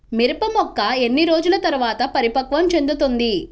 మిరప మొక్క ఎన్ని రోజుల తర్వాత పరిపక్వం చెందుతుంది?